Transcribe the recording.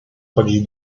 chodzić